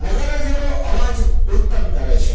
નગારા જેવો અવાજ ઉત્પન્ન કરે છે